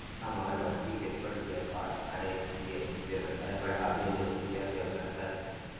हम अगरबत्ती के छोट व्यापार करै छियै व्यवसाय बढाबै लै रुपिया के आवश्यकता छै?